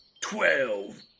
Twelve